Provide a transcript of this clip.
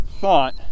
thought